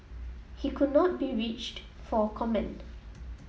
he could not be reached for comment